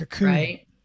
right